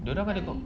dia orang ada tu